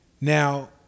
Now